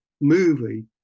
movie